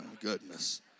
goodness